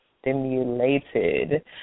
stimulated